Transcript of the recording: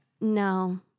no